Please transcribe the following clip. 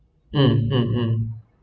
mm